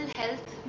health